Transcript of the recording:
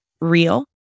real